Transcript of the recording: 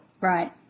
Right